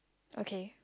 okay